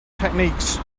techniques